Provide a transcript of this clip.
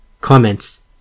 Comments